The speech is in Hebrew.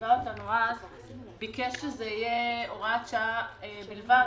שליווה אותנו אז, ביקש שזו תהיה הוראת שעה בלבד,